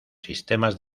sistemas